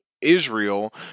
Israel